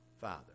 Father